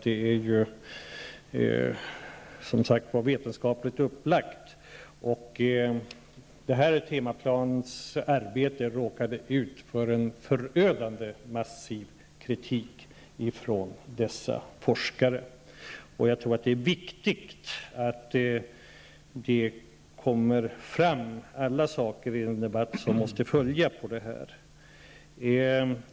Den är ju som sagt vetenskapligt upplagd. Temaplans arbete råkade ut för en förödande massiv kritik från dessa forskare. Jag tror att det är viktigt att alla saker kommer fram i den debatt som måste följa på detta.